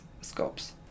scopes